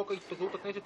הצעת החוק התפזרות הכנסת